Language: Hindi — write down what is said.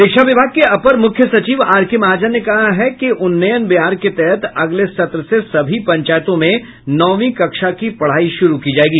शिक्षा विभाग के अपर मुख्य सचिव आर के महाजन ने कहा कि उन्नयन बिहार के तहत अगले सत्र से सभी पंचायतों में नौवीं कक्षा की पढ़ाई शुरू की जायेगी